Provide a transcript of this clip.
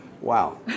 Wow